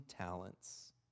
talents